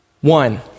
One